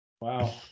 Wow